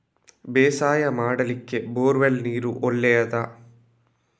ಬೇಸಾಯ ಮಾಡ್ಲಿಕ್ಕೆ bore well ನೀರು ಒಳ್ಳೆಯದಾ?